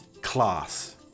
class